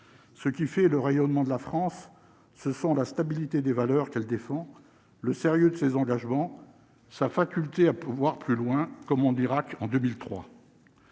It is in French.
ce qui fait le rayonnement de la France, ce sont la stabilité des valeurs qu'elle défend le sérieux de ses engagements, sa faculté à pouvoir plus loin comme on dira qu'en 2003.